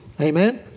Amen